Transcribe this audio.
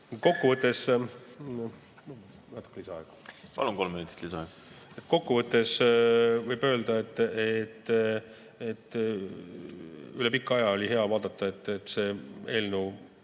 Kokkuvõttes võib öelda, et üle pika aja oli hea vaadata, et see eelnõu